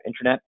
internet